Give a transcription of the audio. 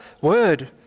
word